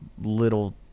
little